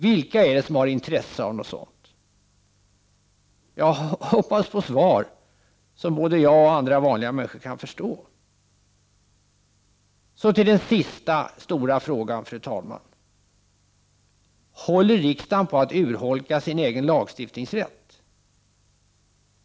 Vilka är det som harintresse av sådant? Jag hoppas få svar som både jag och andra vanliga människor kan förstå. Så till den sista stora frågan, fru talman: Håller riksdagen på att urholka sin egen lagstiftningsrätt?